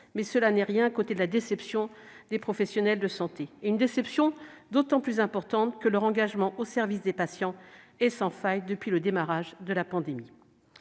mais cela n'est rien à côté de la déception des professionnels de santé ; déception d'autant plus grande que leur engagement au service des patients est sans faille depuis le début de la pandémie.